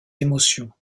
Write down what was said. émotions